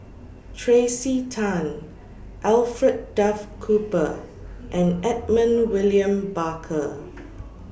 Tracey Tan Alfred Duff Cooper and Edmund William Barker